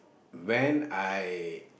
when I